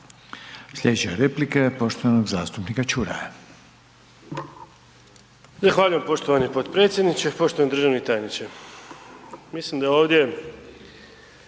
Slijedeća replika je poštovanog zastupnika Čuraja.